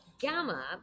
Gamma